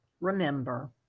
remember